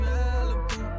Malibu